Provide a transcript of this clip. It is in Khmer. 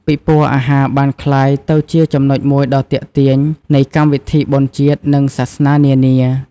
ពិព័រណ៍អាហារបានក្លាយទៅជាចំណុចមួយដ៏ទាក់ទាញនៃកម្មវិធីបុណ្យជាតិ និងសាសនានានា។